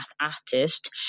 artist